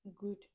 good